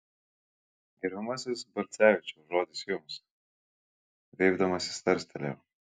gerbiamasis balcevičiau žodis jums viepdamasi tarstelėjo